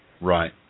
Right